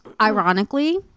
ironically